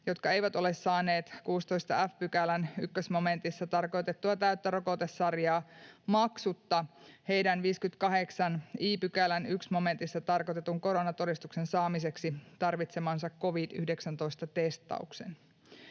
jotka eivät ole saaneet 16 f §:n 1 momentissa tarkoitettua täyttä rokotesarjaa, maksutta heidän 58 i §:n 1 momentissa tarkoitetun koronatodistuksen saamiseksi tarvitsemansa covid-19-testaus.